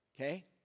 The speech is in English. okay